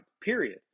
period